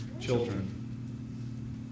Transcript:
children